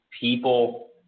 people